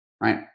right